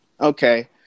Okay